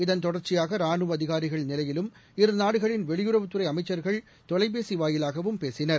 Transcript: இதன் தொடர்க்சியாக ரானுவ அதிகாரிகள் நிலையிலும் இருநாடுகளின் வெளியுறவுத்துறை அமைச்சர்கள் தொலைபேசி வாயிலாகவும் பேசினர்